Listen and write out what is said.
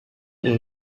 این